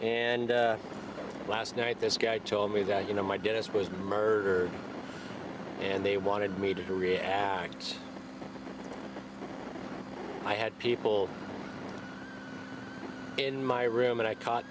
and last night this guy told me that you know my dentist was murder and they wanted me to react i had people in my room and i caught